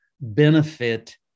benefit